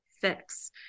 fix